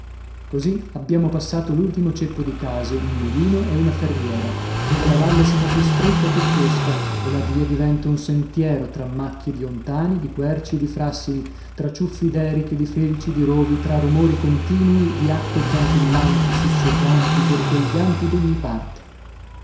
così abbiamo passato l'ultimo ceppo di case un mulino e una ferriera dove la valle si fa più stretta e più fosca e la via diventa un sentiero tra macchie di ontàni di querci e di fràssini tra ciuffi d'eriche di felci di rovi tra rumori continui di acque zampillanti sussurranti gorgoglianti d'ogni parte